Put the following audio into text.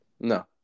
No